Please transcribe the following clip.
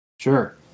Sure